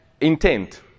intent